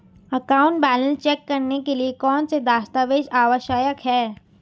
Account balance check करने के लिए कौनसे दस्तावेज़ आवश्यक हैं?